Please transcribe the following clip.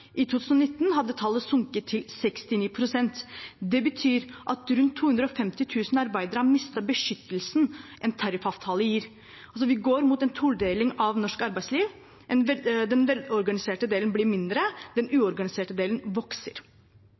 I 2019 hadde tallet sunket til 69 pst. Det betyr at rundt 250 000 arbeidere har mistet beskyttelsen som en tariffavtale gir. Vi går altsåmot en todeling av norsk arbeidsliv. Den velorganiserte delen blir mindre, den uorganiserte delen vokser.